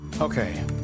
Okay